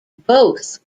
both